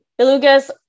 belugas